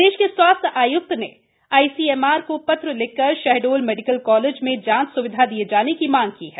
प्रदेश के स्वास्थ्य आय्क्त ने आईसीएमआर को ात्र लिख कर शहडोल मेडिकल कॉलेज में जांच सुविधा दिये जाने की मांग की है